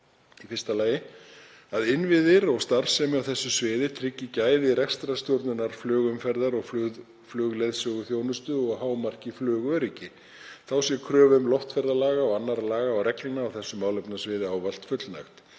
Þau eru: a. Innviðir og starfsemi á þessu sviði tryggi gæði rekstrarstjórnunar flugumferðar og flugleiðsöguþjónustu og hámarki flugöryggi. Þá sé kröfum loftferðalaga og annarra laga og reglna á þessu málefnasviði ávallt fullnægt.